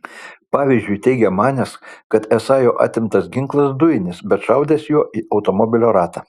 pavyzdžiui teigia manęs kad esą jo atimtas ginklas dujinis bet šaudęs juo į automobilio ratą